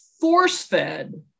force-fed